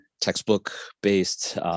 textbook-based